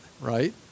right